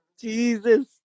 Jesus